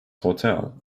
hotel